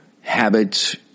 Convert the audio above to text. habits